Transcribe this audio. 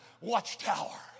watchtower